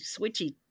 switchy